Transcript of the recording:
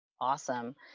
Awesome